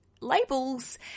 labels